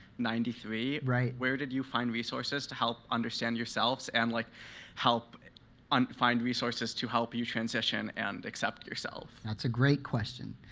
ninety three, where did you find resources to help understand yourselves and like help um find resources to help you transition and accept yourself? that's a great question.